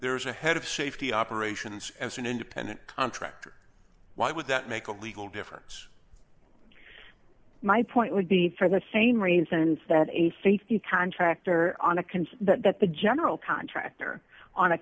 there's a head of safety operations as an independent contractor why would that make a legal difference my point would be for the same reasons that a safety town tractor on a concern that the general contractor on a